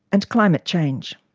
and climate change.